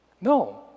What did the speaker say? No